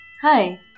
Hi